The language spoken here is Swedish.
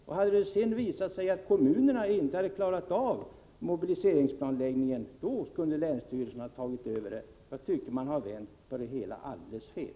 Om det sedan visat sig att kommunerna inte klarat av mobiliseringsplanläggningen, då kunde länsstyrelserna ha tagit över detta. Enligt min mening har man vänt det hela alldeles fel.